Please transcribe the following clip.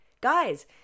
guys